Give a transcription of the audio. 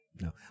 No